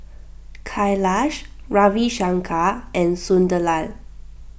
Kailash Ravi Shankar and Sunderlal